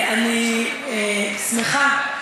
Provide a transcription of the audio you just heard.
אני שמחה,